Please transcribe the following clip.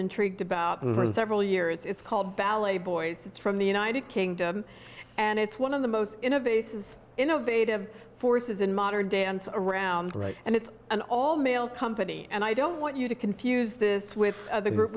intrigued about the first several years it's called ballet boys it's from the united kingdom and it's one of the most in a vase is innovative forces in modern dance around and it's an all male company and i don't want you to confuse this with the group